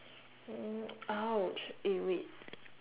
oh !ouch! eh wait